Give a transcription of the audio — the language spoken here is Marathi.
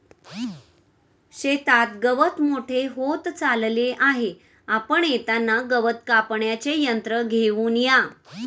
शेतात गवत मोठे होत चालले आहे, आपण येताना गवत कापण्याचे यंत्र घेऊन या